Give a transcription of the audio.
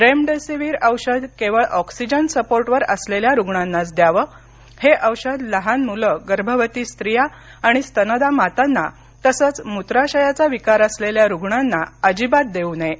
remdesivir औषध केवळ oxygen सपोर्टवर असलेल्या रुग्णांनाच द्यावे हे औषध लहान मुलं गर्भवती स्त्रिया आणि स्तनदा मातांना तसंच मूत्राशयाचा विकार असलेल्या रुग्णांना अजिबात देऊ नये